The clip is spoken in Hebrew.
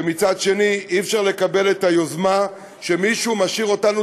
ומצד שני אי-אפשר לקבל את היוזמה שמישהו משאיר אותנו